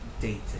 dating